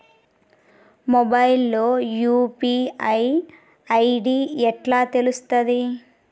Mobile లో UPI ID ఎట్లా తెలుస్తది?